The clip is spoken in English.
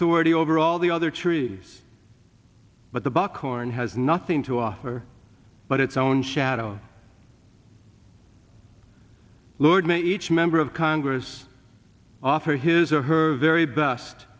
hority over all the other trees but the buckhorn has nothing to offer but its own shadow lord may each member of congress offer his or her very best